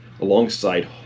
alongside